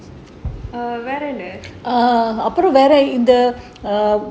err வேற என்ன:vera enna